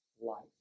life